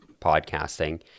podcasting